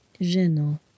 gênant